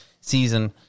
season